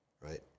right